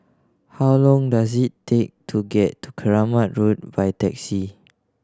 how long does it take to get to Keramat Road by taxi